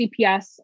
CPS